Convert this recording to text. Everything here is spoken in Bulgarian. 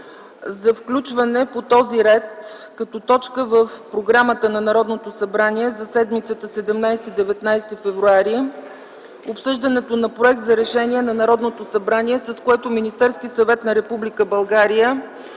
за включване по този ред като точка в програмата на Народното събрание за седмицата 17-19 февруари 2010 г. обсъждането на проект за Решение на Народното събрание, с което Министерският съвет на Република България